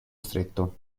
stretto